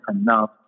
enough